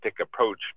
approach